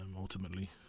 ultimately